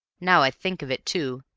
now i think of it, too,